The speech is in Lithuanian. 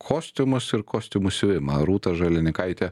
kostiumus ir kostiumų siuvimą rūta žalianekaitė